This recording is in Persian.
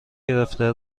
گرفته